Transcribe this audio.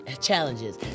challenges